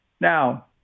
Now